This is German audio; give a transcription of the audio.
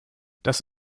das